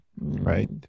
right